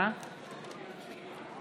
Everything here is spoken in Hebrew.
(קוראת בשמות חברי הכנסת)